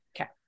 okay